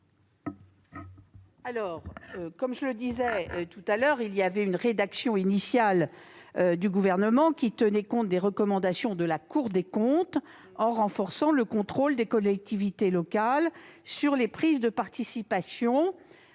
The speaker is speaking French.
Comme je le disais précédemment, la rédaction initiale du Gouvernement tenait compte des recommandations de la Cour des comptes en renforçant le contrôle des collectivités locales sur les prises de participation